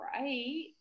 right